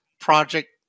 project